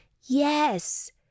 Yes